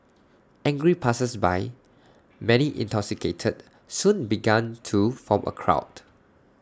angry passersby many intoxicated soon began to form A crowd